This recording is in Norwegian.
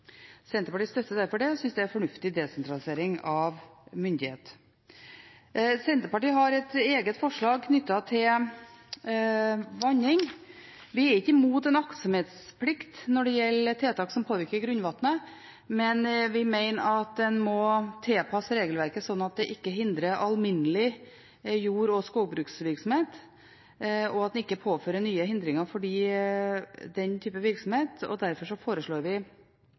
synes det er en fornuftig desentralisering av myndighet. Senterpartiet har et eget forslag knyttet til vanning. Vi er ikke imot aktsomhetsplikt når det gjelder tiltak som påvirker grunnvannet, men vi mener en må tilpasse regelverket slik at det ikke hindrer alminnelig jord- og skogbruksvirksomhet, og at en ikke påfører nye hindringer for den type virksomhet. Derfor foreslår vi